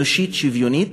אנושית, שוויונית,